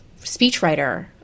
speechwriter